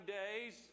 days